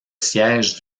siège